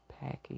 package